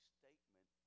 statement